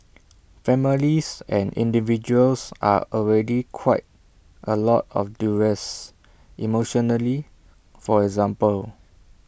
families and individuals are already quite A lot of duress emotionally for example